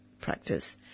practice